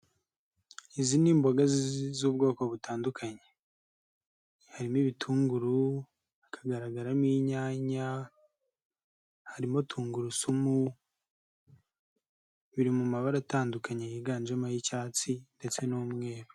Izi ni mboga z'ubwoko butandukanye. Harimo ibitunguru, hakagaragaramo inyanya, harimo tungurusumu, biri mu mabara atandukanye yiganjemo ay'icyatsi ndetse n'umweru.